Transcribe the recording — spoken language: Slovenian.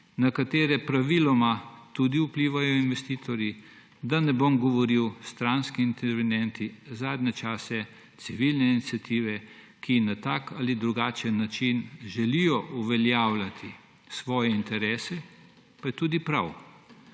na katere praviloma tudi vplivajo investitorji, da ne bom govoril stranski intervenienti, zadnje čase civilne iniciative, ki na tak ali drugačen način želijo uveljavljati svoje interese. Pa je tudi prav,